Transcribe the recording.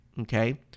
Okay